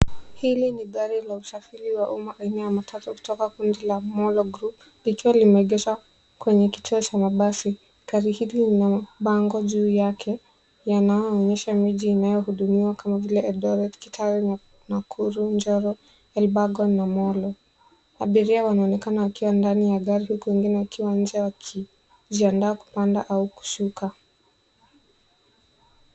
Hili ni gari la usafiri wa umma aina ya matatu kutoka kundi la Molo Group, likiwa limeegeshwa kwenye kituo cha mabasi. Gari hili lina bango juu yake yanayoonyesha miji inayohudumiwa kama vile Eldoret, Kitale, Nakuru, Njoro, Elburgon na Molo. Abiria wanaonekana wakiwa ndani ya gari, huku wengine wakiwa nje wakijiandaa kupanda au kushuka.